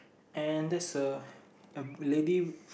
and there's a a lady